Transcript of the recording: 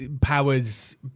Powers